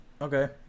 Okay